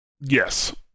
Yes